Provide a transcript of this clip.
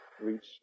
reach